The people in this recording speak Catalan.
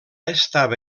estava